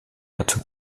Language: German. dazu